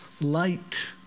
light